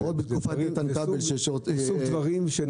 עוד בתקופת איתן כבל ודב חנין.